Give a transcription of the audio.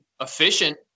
efficient